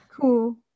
cool